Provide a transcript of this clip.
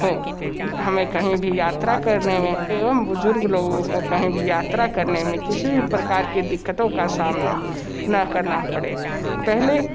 हो हमें कहीं भी यात्रा करने में एवं बुजुर्ग लोगों को कहीं भी यात्रा करने में किसी भी प्रकार की दिक्कतों का सामना न करना पड़े पहले